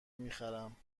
میخرم